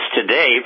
today